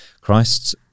Christ's